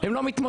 הם לא מתמודדים.